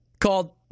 called